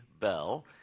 bell